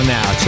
Now